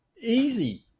easy